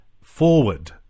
forward